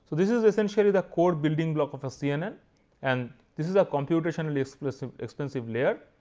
this is essentially the core building block of a cnn and this is a computationally expensive expensive layer.